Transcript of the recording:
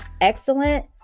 excellent